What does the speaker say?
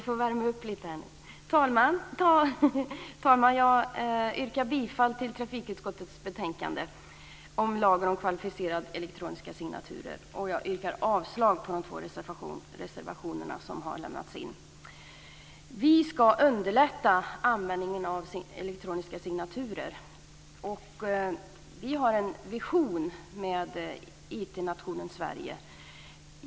Fru talman! Jag yrkar bifall till trafikutskottets hemställan i betänkandet om en lag om kvalificerade elektroniska signaturer och avslag på de två reservationer som har lämnats in. Vi ska underlätta användningen av elektroniska signaturer. Vi har en vision om IT-nationen Sverige.